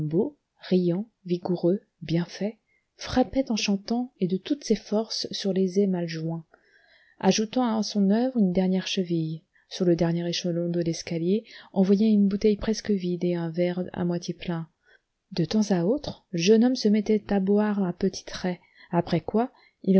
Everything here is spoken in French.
riant vigoureux bien fait frappait en chantant et de toutes ses forces sur les ais mal joints ajoutant à son oeuvre une dernière cheville sur le dernier échelon de l'escalier on voyait une bouteille presque vide et un verre à moitié plein de temps à autre le jeune homme se mettait à boire à petits traits après quoi il